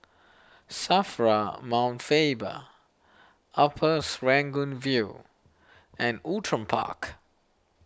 Safra Mount Faber Upper Serangoon View and Outram Park